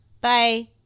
Bye